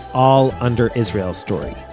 all under israel story.